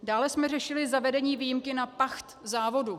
Dále jsme řešili zavedení výjimky na pacht závodu.